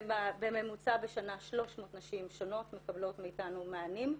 בממוצע בשנה 300 נשים שונות מקבלות מאתנו מענים,